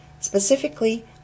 specifically